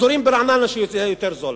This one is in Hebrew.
יש אזורים ברעננה שיוצא יותר זול.